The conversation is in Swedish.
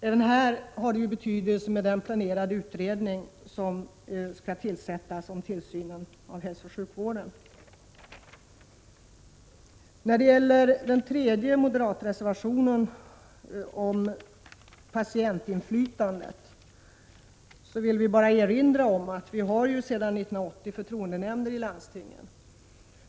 Även i detta sammanhang kommer den planerade utredningen om tillsynen över hälsooch sjukvården att vara av betydelse. Med anledning av en tredje moderatreservation, som gäller patienternas inflytande över vården, vill vi bara erinra om att det sedan 1980 finns förtroendenämnder i landstingen.